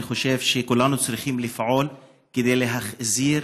אני חושב שכולנו צריכים לפעול כדי להחזיר